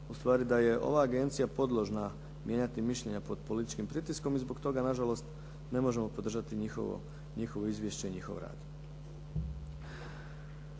ustvari da je ova Agencija podložna mijenjati mišljenje pod političkih pritiskom i zbog toga nažalost ne možemo podržati njihovo izvješće i njihov rad.